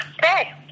Hey